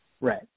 Right